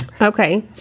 Okay